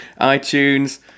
iTunes